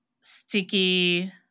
sticky